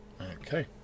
Okay